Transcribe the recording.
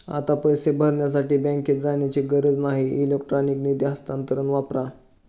आता पैसे भरण्यासाठी बँकेत जाण्याची गरज नाही इलेक्ट्रॉनिक निधी हस्तांतरण वापरा